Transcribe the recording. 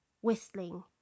whistling